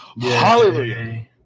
Hallelujah